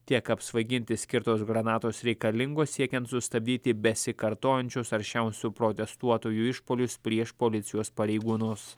tiek apsvaiginti skirtos granatos reikalingos siekiant sustabdyti besikartojančius aršiausių protestuotojų išpuolius prieš policijos pareigūnus